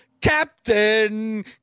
Captain